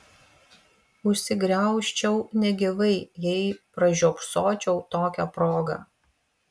užsigraužčiau negyvai jei pražiopsočiau tokią progą